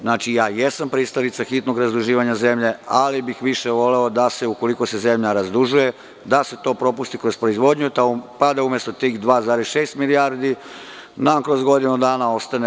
Znači, ja jesam pristalica hitnog razduživanja zemlje, ali bih više voleo da se, ukoliko se zemlja zadužuje, da se to propusti kroz proizvodnju, pa da umesto tih 2,6 milijardi nama kroz godinu dana ostane.